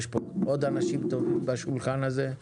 יש פה עוד אנשים טובים בשולחן הזה,